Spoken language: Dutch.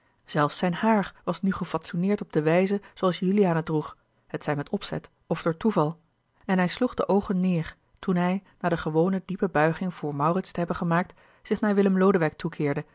zelfs zijn haar was nu gefatsoeneerd op de wijze zooals juliaan het droeg hetzij met opzet of door toeval en hij sloeg de oogen neêr toen hij na de gewone diepe buiging voor maurits te hebben gemaakt zich naar willem lodewijk toekeerde